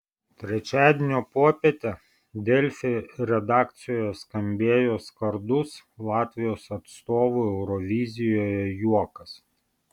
trečiadienio popietę delfi redakcijoje skambėjo skardus latvijos atstovų eurovizijoje juokas